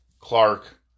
Clark